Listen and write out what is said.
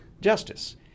justice